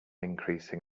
increasing